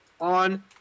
on